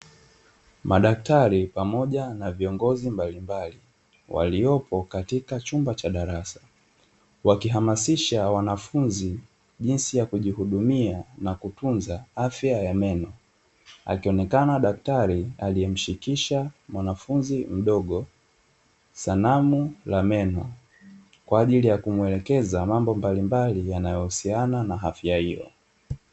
Madaktari pamoja na viongozi mbalimbali waliopo katika chumba cha darasa, wakihamasisha wanafunzi jinsi ya kujihudumia na kutunza afya ya meno. Akionekana daktari aliyemshikisha mwanafunzi mdogo sanamu la meno, kwa ajili ya kumwelekeza mambo mbalimbali yanayohusiana na afya hiyo .